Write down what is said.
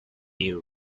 you